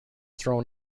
thrown